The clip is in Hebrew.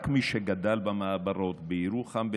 רק מי שגדל במעברות בירוחם,